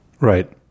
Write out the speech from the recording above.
right